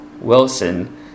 Wilson